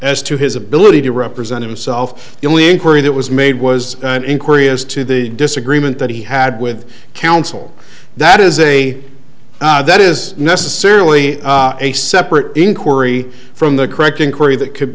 as to his ability to represent himself the only inquiry that was made was an inquiry as to the disagreement that he had with counsel that is a that is necessarily a separate inquiry from the correct inquiry that could